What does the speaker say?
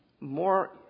more